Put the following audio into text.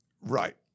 right